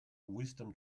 wisdom